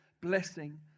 blessing